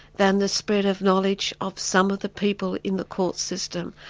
than the spread of knowledge of some of the people in the court system.